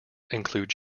include